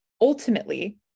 ultimately